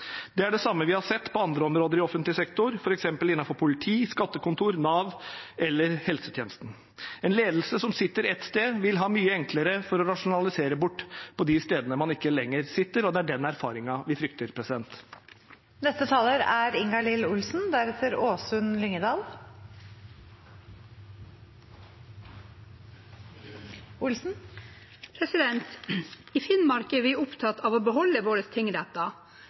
Det er det samme vi har sett på andre områder i offentlig sektor, f.eks. innenfor politi, skattekontor, Nav eller helsetjenesten. En ledelse som sitter ett sted, vil ha mye enklere for å rasjonalisere bort på de stedene man ikke lenger sitter, og det er den erfaringen vi frykter. I Finnmark er